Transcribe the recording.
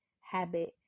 habit